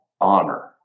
honor